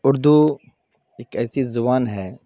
اردو ایک ایسی زبان ہے